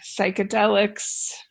psychedelics